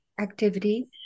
activity